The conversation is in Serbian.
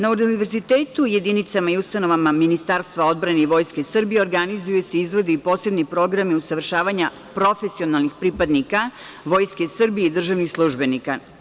Na univerzitetu, jedinicama i ustanovama Ministarstva odbrane i Vojske Srbije organizuju se izvodi i posebni programi usavršavanja profesionalnih pripadnika Vojske Srbije i državnih službenika.